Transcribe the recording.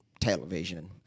television